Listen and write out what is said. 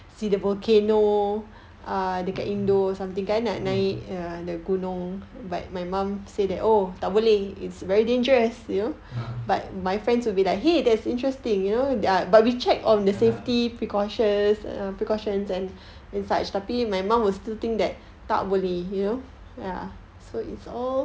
mm mm ah ya lah